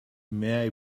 may